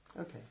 Okay